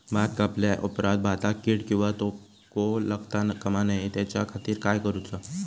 भात कापल्या ऑप्रात भाताक कीड किंवा तोको लगता काम नाय त्याच्या खाती काय करुचा?